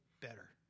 better